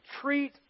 treat